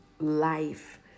life